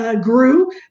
grew